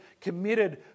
committed